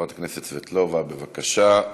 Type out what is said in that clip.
חברת הכנסת סבטלובה, בבקשה,